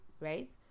right